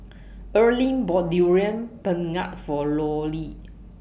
Earline bought Durian Pengat For Loree